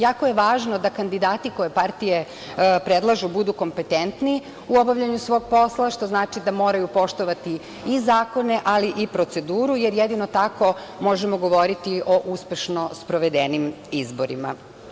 Jako je važno da kandidati koje partije predlažu budu kompetentni u obavljanju svog posla, što znači da moraju poštovati i zakone, ali i proceduru jer jedino tako možemo govoriti o uspešno sprovedenim izborima.